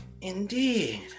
Indeed